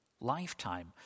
lifetime